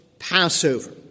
Passover